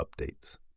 updates